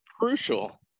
crucial